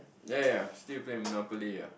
ya ya still play monopoly ya